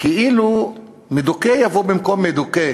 כאילו מדוכא יבוא במקום מדוכא.